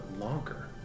longer